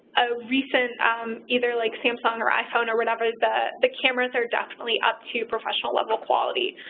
a recent either like samsung or iphone or whatever. the the cameras are definitely up to professional-level quality.